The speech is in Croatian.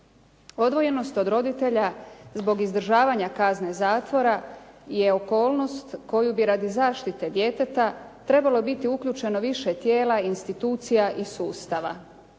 Odvojenost od roditelja zbog izdržavanja kazne zatvora je okolnost koju bi radi zaštite djeteta trebalo biti uključeno više tijela, institucija i sustava.